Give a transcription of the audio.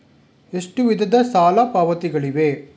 ಎಷ್ಟು ವಿಧದ ಸಾಲ ಪಾವತಿಗಳಿವೆ?